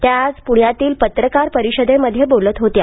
त्या आज पूण्यातील पत्रकार परिषदेमध्ये बोलत होत्या